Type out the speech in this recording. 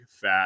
fat